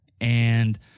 and-